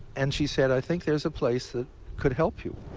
and she said, i think there's a place that could help you.